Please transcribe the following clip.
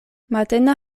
matena